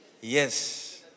Yes